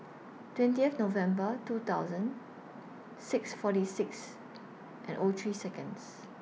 twentieth November two thousand six forty six and O three Seconds